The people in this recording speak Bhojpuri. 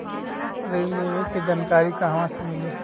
ऋण लेवे के जानकारी कहवा से मिली?